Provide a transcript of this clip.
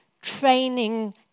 training